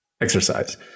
exercise